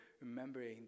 remembering